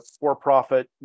for-profit